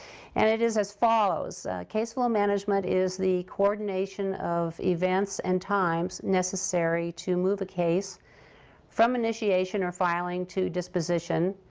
and it is as follows caseflow management is the coordination of events and times necessary to move a case from initiation or filing to disposition,